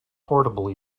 portable